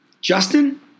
Justin